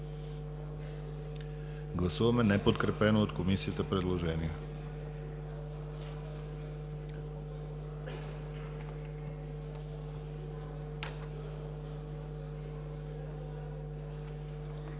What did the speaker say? Гласуваме неподкрепено от Комисията предложение. Гласували